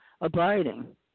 Abiding